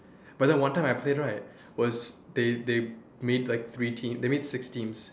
but then one time I played right was they they made like three team they made six teams